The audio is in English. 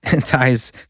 ties